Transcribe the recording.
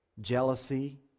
jealousy